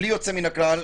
בלי יוצא מן הכלל,